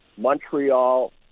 Montreal